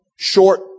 Short